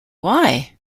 why